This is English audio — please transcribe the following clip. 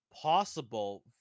possible